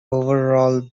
overall